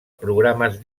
programes